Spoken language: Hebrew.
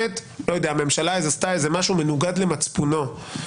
שממשלה עשתה איזה משהו מנוגד למצפונו של שר,